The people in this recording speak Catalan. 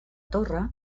torre